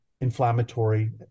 inflammatory